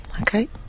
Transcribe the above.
okay